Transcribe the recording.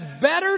better